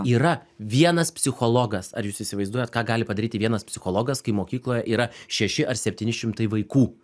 yra vienas psichologas ar jūs įsivaizduojat ką gali padaryti vienas psichologas kai mokykloje yra šeši ar septyni šimtai vaikų